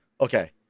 Okay